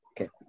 Okay